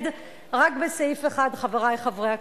היה איסור ללמוד עברית.